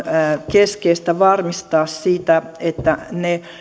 keskeistä varmistaa että ne